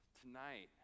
tonight